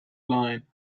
line